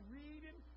reading